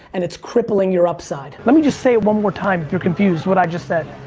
and it's crippling your upside. let me just say one more time, if you're confused what i just said.